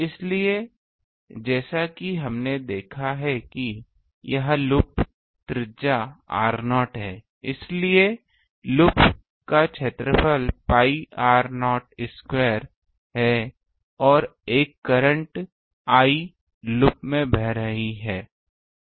इसलिए जैसा कि हमने देखा है कि यह लूप त्रिज्या r0 है और इसलिए लूप का क्षेत्रफल pi r0 स्क्वायर है और एक करंट I लूप में बह रही है